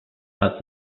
but